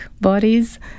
bodies